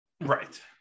Right